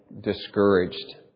discouraged